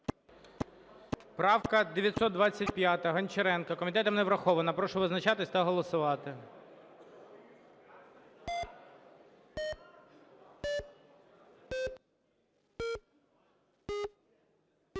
Правка 937, Гончаренко. Комітетом відхилена. Прошу визначатись та голосувати.